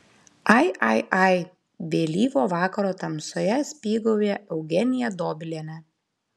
ai ai ai vėlyvo vakaro tamsoje spygauja eugenija dobilienė